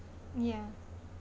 yeah